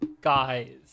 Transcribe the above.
guys